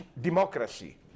democracy